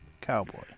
cowboy